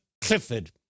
Clifford